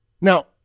Now